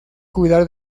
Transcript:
cuidar